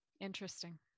Interesting